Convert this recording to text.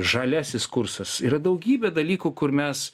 žaliasis kursas yra daugybė dalykų kur mes